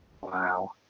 Wow